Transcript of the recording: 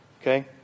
Okay